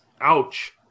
Ouch